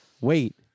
Wait